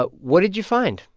but what did you find?